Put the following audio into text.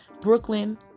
brooklyn